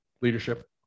leadership